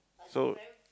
so